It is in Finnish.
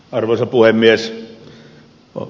arvoisa puhemies